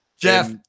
Jeff